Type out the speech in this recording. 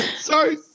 Sorry